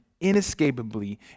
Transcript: inescapably